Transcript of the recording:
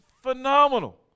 phenomenal